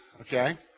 okay